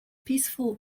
peaceful